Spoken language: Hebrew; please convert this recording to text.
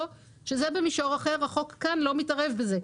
וזה במישור החוק והחוק כאן לא מתערב בזה.